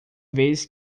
vez